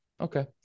Okay